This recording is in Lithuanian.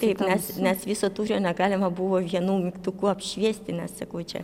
taip nes nes viso tūrio negalima buvo vienu mygtuku apšviesti na sakau čia